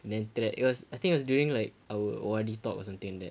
then after that I think it was during like our O_R_D talk or something like that